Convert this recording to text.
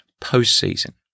post-season